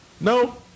No